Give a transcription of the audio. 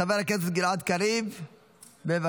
חבר הכנסת גלעד קריב, בבקשה.